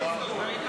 הצבעה עכשיו.